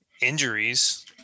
injuries